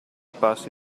passi